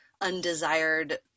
undesired